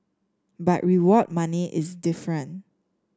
but award money is different